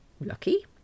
Lucky